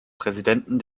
präsidenten